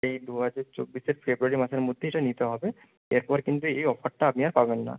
এই দু হাজার চব্বিশের ফেব্রুয়ারি মাসের মধ্যেই এটা নিতে হবে এর পর কিন্তু এই অফারটা আপনি আর পাবেন না